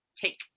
take